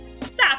stop